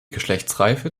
geschlechtsreife